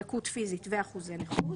לקות פיזית ואחוזי נכות.